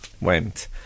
went